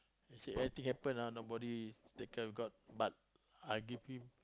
you see anything happen ah nobody take care of got but I give him